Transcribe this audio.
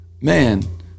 man